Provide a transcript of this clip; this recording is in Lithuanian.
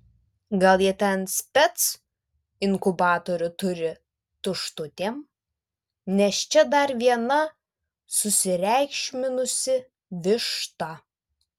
gal jie ten spec inkubatorių turi tuštutėm nes čia dar viena susireikšminusi višta